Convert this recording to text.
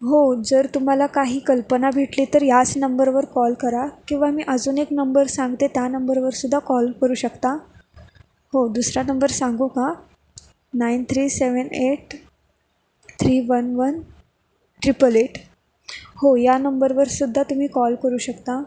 हो जर तुम्हाला काही कल्पना भेटली तर याच नंबरवर कॉल करा किंवा मी अजून एक नंबर सांगते त्या नंबरवरसुद्धा कॉल करू शकता हो दुसरा नंबर सांगू का nine three seven eight three one one triple eight हो या नंबरवरसुद्धा तुम्ही कॉल करू शकता